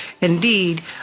Indeed